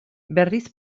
berriz